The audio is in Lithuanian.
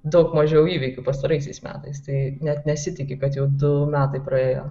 daug mažiau įvykių pastaraisiais metais tai net nesitiki kad jau du metai praėjo